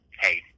hey